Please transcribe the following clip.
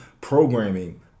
programming